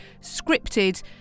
scripted